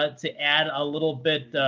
ah to add a little bit